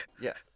Yes